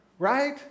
Right